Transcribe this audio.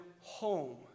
home